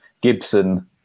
Gibson